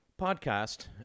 podcast